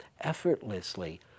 effortlessly